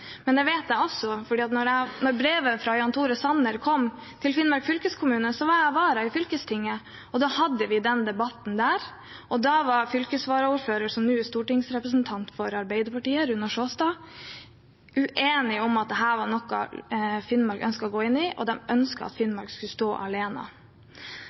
jeg også fordi da brevet fra Jan Tore Sanner kom til Finnmark fylkeskommune, var jeg vara på fylkestinget, og da hadde vi den debatten der. Da var fylkesvaraordføreren, som nå er stortingsrepresentant for Arbeiderpartiet, Runar Sjåstad, uenig i at dette var noe Finnmark ønsket å gå inn i, og man ønsket at Finnmark skulle stå alene.